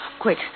Quick